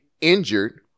injured